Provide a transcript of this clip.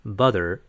butter